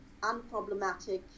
unproblematic